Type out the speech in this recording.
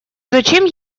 зачем